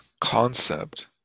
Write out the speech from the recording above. concept